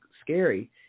scary